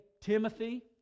Timothy